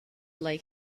like